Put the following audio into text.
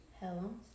Helen